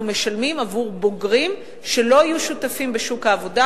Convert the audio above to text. משלמים עבור בוגרים שלא יהיו שותפים בשוק העבודה